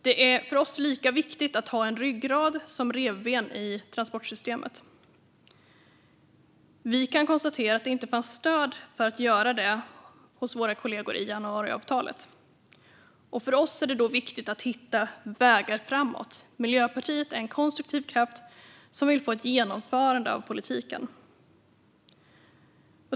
Det är för oss lika viktigt att ha en ryggrad som revben i transportsystemet. Vi kan konstatera att det inte fanns stöd för att göra det hos våra kollegor i januariavtalet. För oss är det därför viktigt att hitta vägar framåt. Miljöpartiet är en konstruktiv kraft som vill få ett genomförande av politiken.